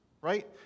right